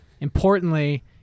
importantly